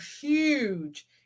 huge